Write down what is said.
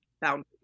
Boundaries